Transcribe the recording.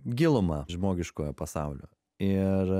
gilumą žmogiškojo pasaulio ir